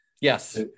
Yes